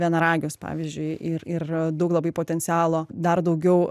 vienaragius pavyzdžiui ir ir daug labai potencialo dar daugiau